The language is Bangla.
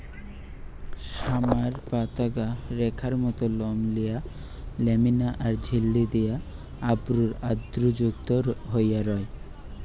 সামার পাতাগা রেখার মত লোম দিয়া ল্যামিনা আর ঝিল্লি দিয়া অর্বুদ অর্বুদযুক্ত হই রয়